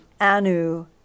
Anu